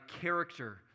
character